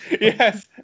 yes